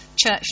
church